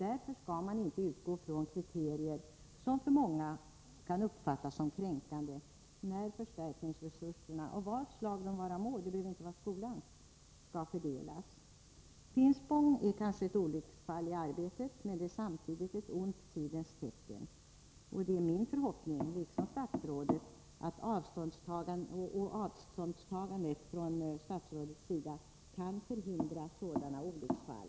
Därför skall man inte utgå från kriterier som av många kan uppfattas som kränkande när förstärkningsresurser — av vad slag det vara må; de behöver inte vara skolans — skall fördelas. Fallet Finspång är kanske ett olycksfall i arbetet, men det är samtidigt ett ont tidens tecken, och det är min förhoppning, liksom statsrådets, att avståndstaganden från statsrådets sida kan förhindra sådana olycksfall.